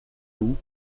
loup